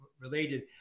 related